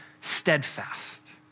steadfast